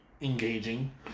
engaging